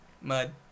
Mud